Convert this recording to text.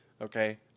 Okay